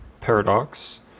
paradox